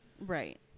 Right